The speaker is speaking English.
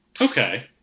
Okay